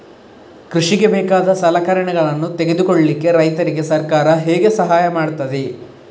ಕೃಷಿಗೆ ಬೇಕಾದ ಸಲಕರಣೆಗಳನ್ನು ತೆಗೆದುಕೊಳ್ಳಿಕೆ ರೈತರಿಗೆ ಸರ್ಕಾರ ಹೇಗೆ ಸಹಾಯ ಮಾಡ್ತದೆ?